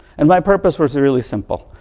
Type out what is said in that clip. and my purpose was really simple.